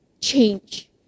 change